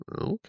okay